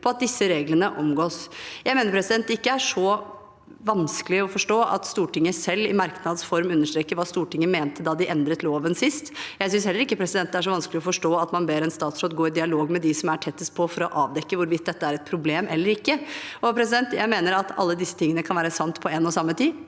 på at disse reglene omgås. Jeg mener det ikke er så vanskelig å forstå at Stortinget selv i merknads form understreker hva Stortinget mente da de endret loven sist. Jeg synes heller ikke det er så vanskelig å forstå at man ber en statsråd gå i dialog med dem som er tettest på, for å avdekke hvorvidt dette er et problem eller ikke. Jeg mener også at alle disse tingene kan være sanne på en og samme tid.